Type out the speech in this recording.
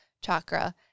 chakra